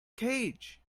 cage